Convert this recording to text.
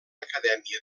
acadèmia